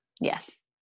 Yes